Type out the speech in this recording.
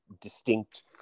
distinct